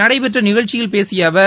நடைபெற்ற நிகழ்ச்சியில் பேசிய அவர்